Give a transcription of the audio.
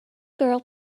girl